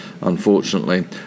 unfortunately